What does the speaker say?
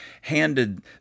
handed